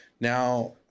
now